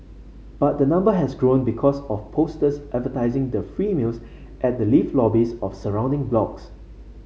but the number has grown because of posters advertising the free meals at the lift lobbies of surrounding blocks